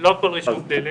לא כל רישום פלילי.